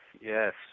Yes